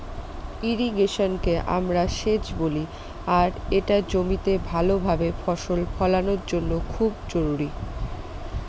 ইর্রিগেশনকে আমরা সেচ বলি আর এটা জমিতে ভাল ভাবে ফসল ফলানোর জন্য খুব জরুরি